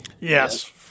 Yes